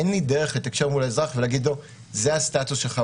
אין לי דרך לתקשר מול האזרח ולהגיד לו: זה הסטטוס שלך,